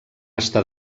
estar